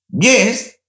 Yes